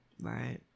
Right